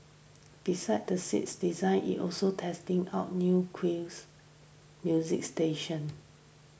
besides the seats designs it also testing out new queues music station